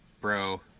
Bro